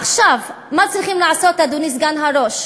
עכשיו, מה צריכים לעשות, אדוני סגן השר?